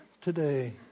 today